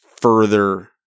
further